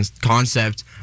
concept